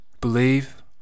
believe